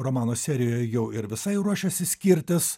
romano serijoje jau ir visai ruošiasi skirtis